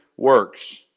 Works